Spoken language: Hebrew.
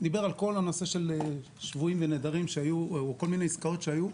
ודיבר על כול הנושא של שבויים ונעדרים או כול מיני עסקאות שהיו.